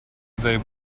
they